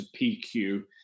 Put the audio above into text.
PQ